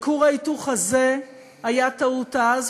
כור ההיתוך הזה היה טעות אז,